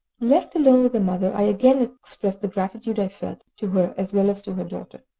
left alone with the mother, i again expressed the gratitude i felt, to her as well as to her daughter.